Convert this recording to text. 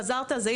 חזרת על זה,